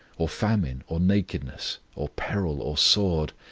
or famine, or nakedness, or peril, or sword.